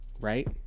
right